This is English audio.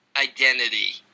identity